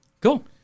Cool